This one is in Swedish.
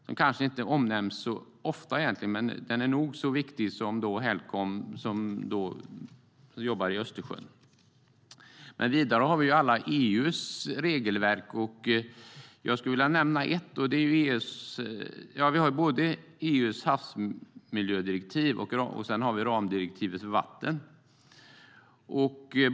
Den kanske inte omnämns så ofta, men den är nog så viktig som Helcom för Östersjön. Vidare finns alla EU:s regelverk. Där finns EU:s havsmiljödirektiv och ramdirektivet för vatten.